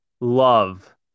love